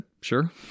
Sure